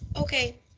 Okay